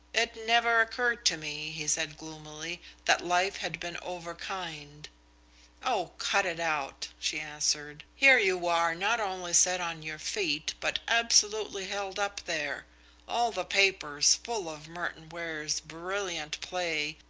it never occurred to me, he said gloomily, that life had been over-kind. oh, cut it out! she answered. here you are not only set on your feet but absolutely held up there all the papers full of merton ware's brilliant play,